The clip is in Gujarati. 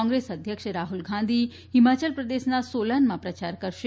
કોંગ્રેસ અધ્યક્ષ રાહુલ ગાંધી હિમાચલ પ્રદેશના સોલાનમાં પ્રચાર કરશે